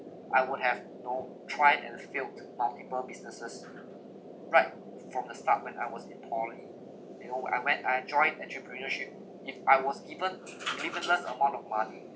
I would have you know tried and failed multiple businesses right from the start when I was in poly you know when I went I joined entrepreneurship if I was given limitless amount of money